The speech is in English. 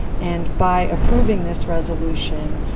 and by approving this resolution,